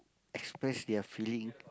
express their feeling